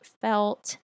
felt